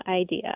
idea